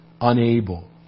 unable